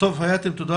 תודה